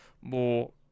more